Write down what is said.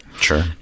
Sure